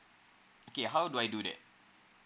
okay how do I do that